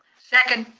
second.